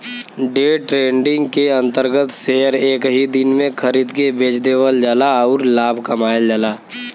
day trading के अंतर्गत share एक ही दिन में खरीद के बेच देवल जाला आउर लाभ कमायल जाला